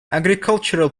agricultural